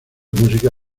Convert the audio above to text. música